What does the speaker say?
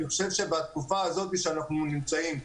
אני חושב שבתקופה הזאת שאנחנו נמצאים בה,